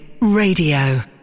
Radio